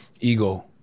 ego